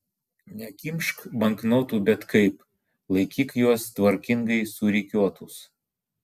nekimšk banknotų bet kaip laikyk juos tvarkingai surikiuotus